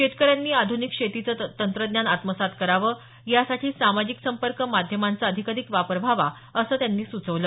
शेतकऱ्यांनी आधुनिक शेतीचं तंत्रज्ञान आत्मसात करावं यासाठी सामाजिक संपर्क माध्यमांचा अधिकाधिक वापर व्हावा असं त्यांनी सूचवलं